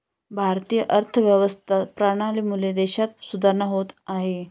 भारतीय अर्थव्यवस्था प्रणालीमुळे देशात सुधारणा होत आहे